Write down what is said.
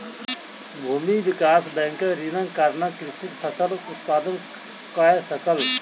भूमि विकास बैंकक ऋणक कारणेँ कृषक फसिल उत्पादन कय सकल